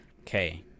Okay